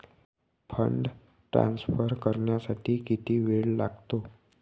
Fund transfer करण्यासाठी किती वेळ लागतो?